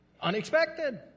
unexpected